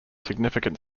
significant